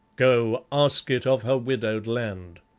go, ask it of her widowed land.